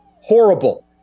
horrible